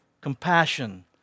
compassion